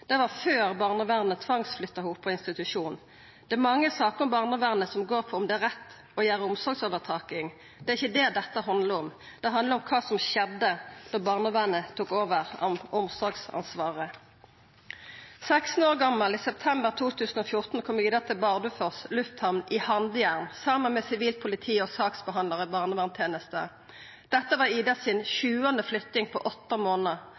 Det var før barnevernet tvangsflytta henne på institusjon. Det er mange saker om barnevernet som går på om omsorgsovertaking er rett. Det er ikkje det dette handlar om. Det handlar om kva som skjedde da barnevernet tok over omsorgsansvaret. 16 år gamal, i september 2014, kom «Ida» til Bardufoss lufthamn i handjern saman med sivilt politi og ein saksbehandlar i barneverntenesta. Dette var «Ida» si sjuande flytting på åtte månader.